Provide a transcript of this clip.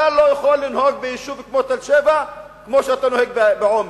אתה לא יכול לנהוג ביישוב כמו תל-שבע כמו שאתה נוהג בעומר,